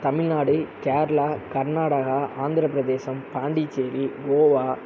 Tamil Nadu Kerala Karnataka Andhra Pradesh Pondicherry Goa